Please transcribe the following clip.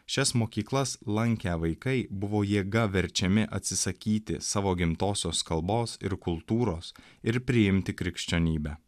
šias mokyklas lankę vaikai buvo jėga verčiami atsisakyti savo gimtosios kalbos ir kultūros ir priimti krikščionybę